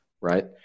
right